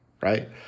right